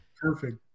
perfect